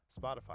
Spotify